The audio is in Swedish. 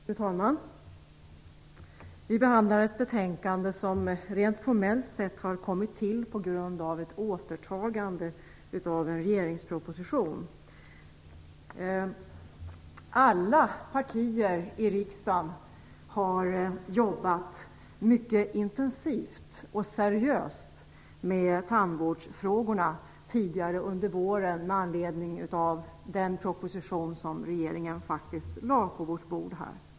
Fru talman! Vi behandlar ett betänkande som formellt sett har kommit till på grund av ett återtagande av en regeringsproposition. Alla partier i riksdagen har tidigare under våren jobbat mycket intensivt och seriöst med tandvårdsfrågorna med anledning av den proposition som regeringen lade på vårt bord.